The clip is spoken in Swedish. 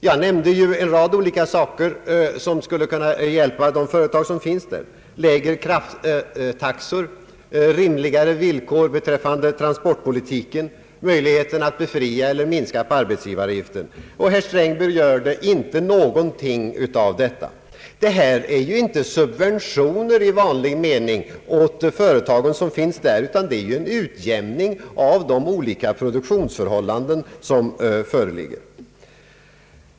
Jag nämnde ju en rad olika saker som skulle kunna hjälpa företagen där: lägre krafttaxor, rimligare villkor beträffande transportpolitiken och möjlighet till befrielse eller åtminstone nedsättning av =: arbetsgivaravgiften. Herr Sträng berörde inte någonting av detta. Det är ju inte fråga om subventioner i vanlig mening åt de företag som finns där, utan om en utjämning av skillnaderna i de olika produktionsförhållanden som föreligger.